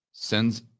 Sends